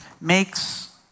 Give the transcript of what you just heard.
makes